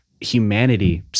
humanity